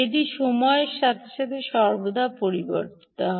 এটি সময়ের সাথে সাথে সর্বদা পরিবর্তিত হয়